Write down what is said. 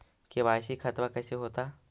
KYC खतबा कैसे होता?